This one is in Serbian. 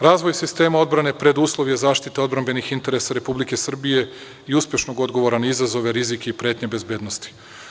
Razvoj sistema odbrane preduslov je zaštite odbrambenih interesa Republike Srbije i uspešnog odgovora na izazove, rizike i pretnje bezbednosti.